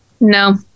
no